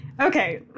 Okay